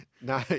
no